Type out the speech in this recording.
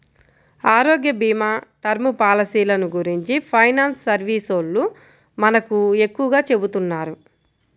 ఆరోగ్యభీమా, టర్మ్ పాలసీలను గురించి ఫైనాన్స్ సర్వీసోల్లు మనకు ఎక్కువగా చెబుతున్నారు